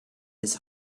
his